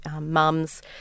mums